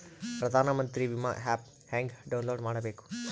ಪ್ರಧಾನಮಂತ್ರಿ ವಿಮಾ ಆ್ಯಪ್ ಹೆಂಗ ಡೌನ್ಲೋಡ್ ಮಾಡಬೇಕು?